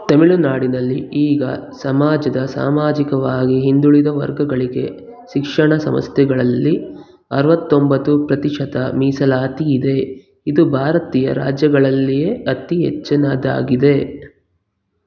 ತಮಿಳುನಾಡಿನಲ್ಲಿ ಈಗ ಸಮಾಜದ ಸಾಮಾಜಿಕವಾಗಿ ಹಿಂದುಳಿದ ವರ್ಗಗಳಿಗೆ ಶಿಕ್ಷಣ ಸಂಸ್ಥೆಗಳಲ್ಲಿ ಅರ್ವತ್ತೊಂಬತ್ತು ಪ್ರತಿಶತ ಮೀಸಲಾತಿಯಿದೆ ಇದು ಭಾರತೀಯ ರಾಜ್ಯಗಳಲ್ಲಿಯೇ ಅತಿ ಹೆಚ್ಚಿನದಾಗಿದೆ